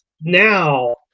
now